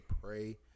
pray